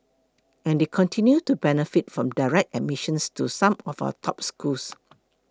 and they continue to benefit from direct admissions to some of our top schools